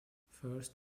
first